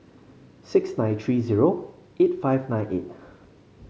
six nine three zero eight five nine eight